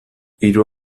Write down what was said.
hiru